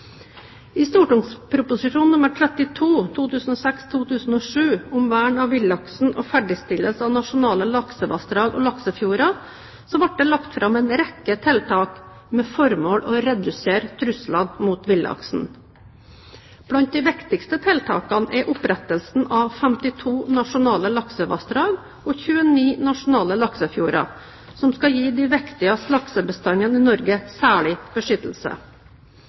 I St.prp. nr. 32 for 2006–2007 Om vern av villaksen og ferdigstilling av nasjonale laksevassdrag og laksefjorder ble det lagt fram en rekke tiltak med formål å redusere truslene mot villaksen. Blant de viktigste tiltakene er opprettelsen av 52 nasjonale laksevassdrag og 29 nasjonale laksefjorder, som skal gi de viktigste laksebestander i Norge særlig beskyttelse.